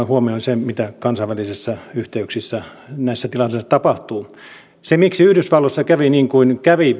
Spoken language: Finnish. huomioon sen mitä kansainvälisissä yhteyksissä näissä tilanteissa tapahtuu se miksi yhdysvalloissa kävi tässä presidentinvaaliäänestyksessä niin kuin kävi